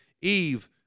Eve